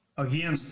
Again